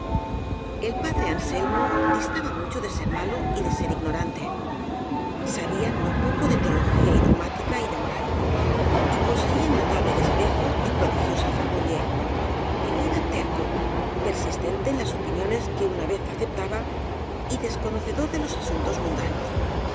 el padre anselmo distaba mucho de ser malo y de ser ignorante sabía no poco de teología dog mática y de mo al y poseía notable despejo y pro digiosa facundia pero era terco persistente en las opiniones que una vez aceptaba y desconocedor de los asuntos mundanos